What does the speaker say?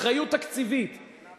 אחריות תקציבית,